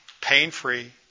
pain-free